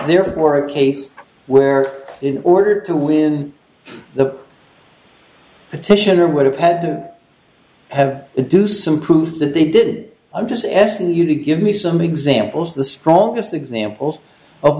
therefore a case where in order to win the petitioner would have had to have to do some proof that they did i'm just asking you to give me some examples the strongest examples of